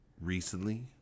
recently